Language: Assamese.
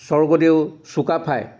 স্বৰ্গদেউ চুকাফাই